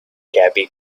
gabby